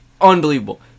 Unbelievable